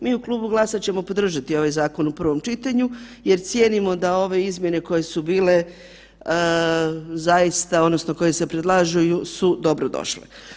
Mi u Klubu GLAS-a ćemo podržati ovaj zakon u prvom čitanju jer cijenimo da ove izmjene koje su bile zaista odnosno koje se predlažu su dobro došle.